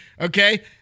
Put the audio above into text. Okay